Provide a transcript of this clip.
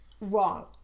wrong